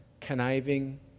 conniving